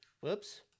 Whoops